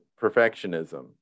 perfectionism